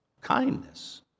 kindness